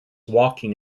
walking